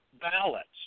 ballots